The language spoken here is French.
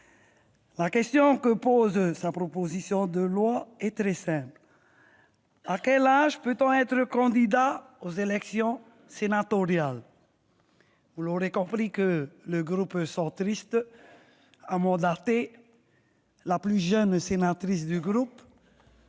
La question que soulève sa proposition de loi est très simple : à quel âge peut-on être candidat aux élections sénatoriales ? Vous l'aurez compris, le groupe Union Centriste a mandaté sa plus jeune sénatrice pour